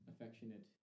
affectionate